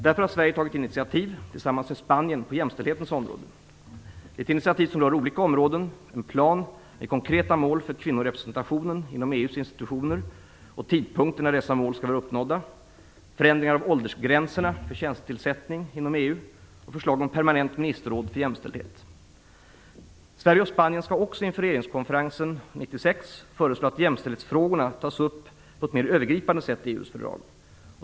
Därför har Sverige, tillsammans med Spanien, tagit initiativ på jämställdhetens område. Det är ett initiativ som rör olika områden och plan. Det är konkreta mål för kvinnorepresentationen inom EU:s institutioner och tidpunkten när dessa mål skall vara uppnådda. Det rör förändring av åldersgränserna för tjänstetillsättning inom EU och förslag om ett permanent ministerråd för jämställdhet. Sverige och Spanien skall inför regeringskonferensen 1996 också föreslå att jämställdhetsfrågorna tas upp på ett mer övergripande sätt i EU:s fördrag.